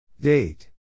Date